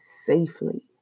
safely